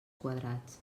quadrats